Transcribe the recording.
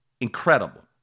incredible